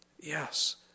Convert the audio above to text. Yes